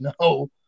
no